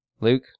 Luke